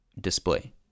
display